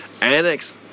Annex